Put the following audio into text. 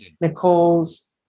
Nicole's